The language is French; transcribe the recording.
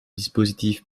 dispositif